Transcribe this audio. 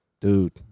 Dude